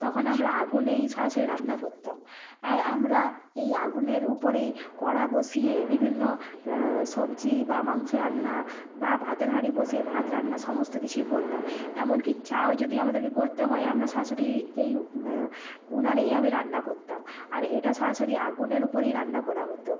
তখন আমরা আগুনেই সরাসরি রান্না করতাম আর আমরা এই আগুনের উপরেই কড়া বসিয়ে বিভিন্ন সবজি বা মাংস রান্না বা ভাতের হাঁড়ি বসিয়ে ভাত রান্না সমস্ত কিছুই করতাম এমনকি চাও যদি আমাদেরকে করতে হয় আমরা সরাসরি এই উনানেই আমি রান্না করতাম আর এটা সরাসরি আগুনের উপরেই রান্না করা হতো